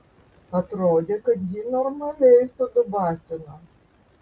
atrodė kad jį normaliai sudubasino